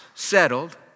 settled